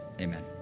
Amen